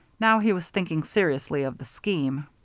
now he was thinking seriously of the scheme.